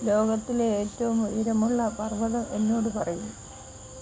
ലോകത്തിലെ ഏറ്റവും ഉയരമുള്ള പർവ്വതം എന്നോട് പറയൂ